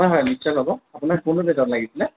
হয় হয় নিশ্চয় পাব আপোনাক কোনটো জেগাত লাগিছিলে